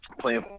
playing